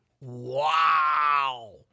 Wow